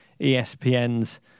ESPN's